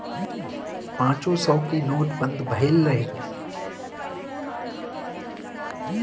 पांचो सौ के नोट बंद भएल रहल